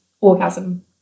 orgasm